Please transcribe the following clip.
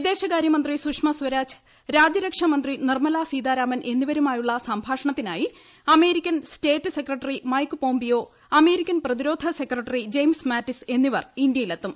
വിദേശകാര്യമന്ത്രി സുഷമ സ്വരാജ് രാജ്യരക്ഷാമന്ത്രി നിർമ്മല സീതാരാമൻ എന്നിവരുമായുള്ള സംഭാഷണ്ടത്തിനായി American state secretary Mike Pompeo American പ്രതിരോധ സെക്രട്ടറി ജെയിംസ് മാറ്റിസ് എന്നീവർ ഇന്ത്യയിലെത്തും